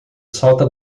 salta